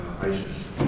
ISIS